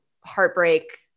heartbreak